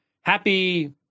happy